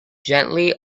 gently